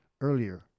earlier